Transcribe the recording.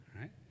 right